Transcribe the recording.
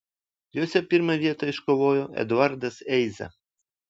jose pirmą vietą iškovojo eduardas eiza